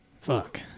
Fuck